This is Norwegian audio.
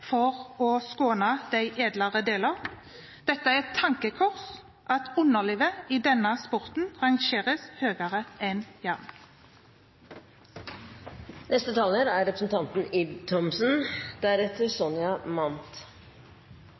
for å skåne de edlere deler. Det er et tankekors at underlivet rangeres høyere enn hjernen i denne sporten. Jeg vil ikke si at jeg er